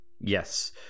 Yes